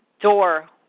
door